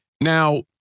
Now